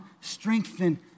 strengthen